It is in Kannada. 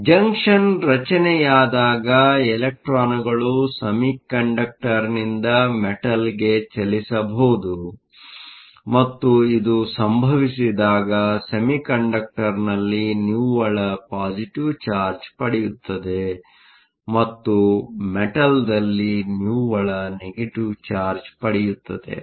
ಆದ್ದರಿಂದ ಜಂಕ್ಷನ್ ರಚನೆಯಾದಾಗ ಇಲೆಕ್ಟ್ರಾನ್ಗಳು ಸೆಮಿಕಂಡಕ್ಟರ್ನಿಂದ ಮೆಟಲ್ಗೆ ಚಲಿಸಬಹುದು ಮತ್ತು ಇದು ಸಂಭವಿಸಿದಾಗ ಸೆಮಿಕಂಡಕ್ಟರ್ನಲ್ಲಿ ನಿವ್ವಳ ಪಾಸಿಟಿವ್ ಚಾರ್ಜ್ ಪಡೆಯುತ್ತದೆ ಮತ್ತು ಲೋಹದಲ್ಲಿ ನಿವ್ವಳ ನೆಗೆಟಿವ್ ಚಾರ್ಜ್Negative charge ಪಡೆಯುತ್ತದೆ